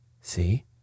See